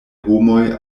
homoj